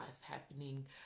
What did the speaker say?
happening